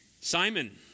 Simon